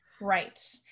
right